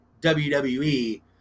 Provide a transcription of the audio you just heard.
WWE